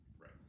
Right